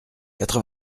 quatre